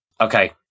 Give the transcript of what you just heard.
okay